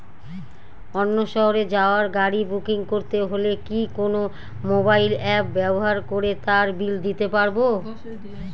অন্য শহরে যাওয়ার গাড়ী বুকিং করতে হলে কি কোনো মোবাইল অ্যাপ ব্যবহার করে তার বিল দিতে পারব?